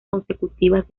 consecutivas